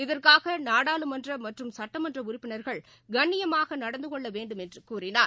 இதற்காக நாடாளுமன்ற மற்றும் சுட்டமன்ற உறுப்பினர்கள் கண்ணியமாக நடந்து கொள்ள வேண்டுமென்று கூறினார்